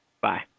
Bye